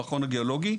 המכון הגיאולוגי,